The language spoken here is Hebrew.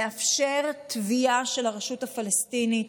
תביעה של הרשות הפלסטינית,